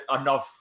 enough